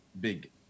big